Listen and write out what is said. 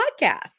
podcast